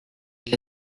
qu’a